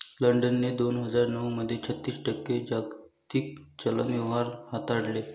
लंडनने दोन हजार नऊ मध्ये छत्तीस टक्के जागतिक चलन व्यवहार हाताळले